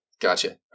Gotcha